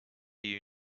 you